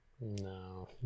no